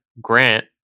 grant